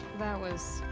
that was.